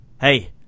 Hey